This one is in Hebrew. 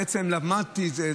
בעצם למדתי את זה,